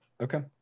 Okay